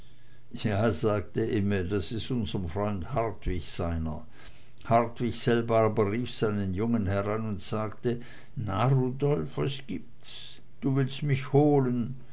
ja sagte imme das is unsrem freund hartwig seiner hartwig selber aber rief seinen jungen heran und sagte na rudolf was gibt's du willst mich holen